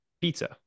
pizza